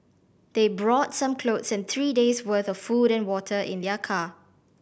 they brought some clothes and three days' worth of food and water in their car